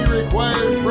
required